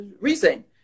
reason